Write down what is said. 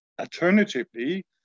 Alternatively